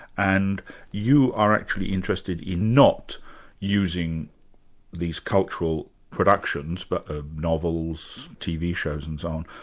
and you are actually interested in not using these cultural productions, but ah novels, tv shows and so on,